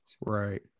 Right